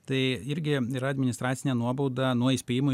tai irgi yra administracinė nuobauda nuo įspėjimo